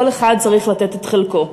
כל אחד צריך לתת את חלקו.